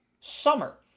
summer